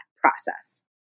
process